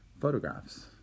photographs